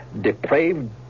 depraved